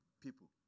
people